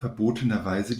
verbotenerweise